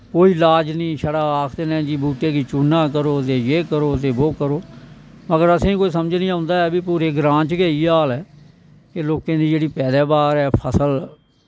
कोई इलाज नी छड़ा आखदे न बूह्टे गी चूना करो ते जे करो बो करो मगर असें कोई समझ ना औंदा ऐ भाई पूरे ग्रांऽ च गै इयै हाल ऐ एह् लोकें दी जेह्ड़ी पैदाबार ऐ फसल